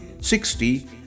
sixty